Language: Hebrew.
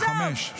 ו-5.